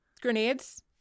grenades